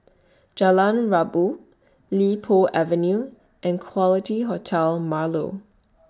Jalan Rabu Li Po Avenue and Quality Hotel Marlow